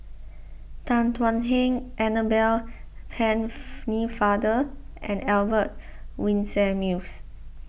Tan Thuan Heng Annabel Pennefather and Albert Winsemius